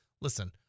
listen